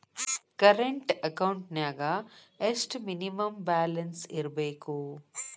Current ಅಕೌಂಟೆಂನ್ಯಾಗ ಎಷ್ಟ minimum balance ಇರ್ಬೇಕು?